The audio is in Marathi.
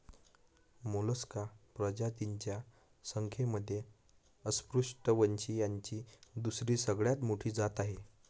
मोलस्का प्रजातींच्या संख्येमध्ये अपृष्ठवंशीयांची दुसरी सगळ्यात मोठी जात आहे